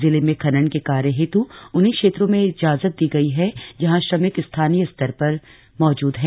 जिले में खनन के कार्य हेत् उन्हीं क्षेत्रों में इजाजत दी गयी है जहां श्रमिक स्थानीय स्तर पर ही मौजूद हैं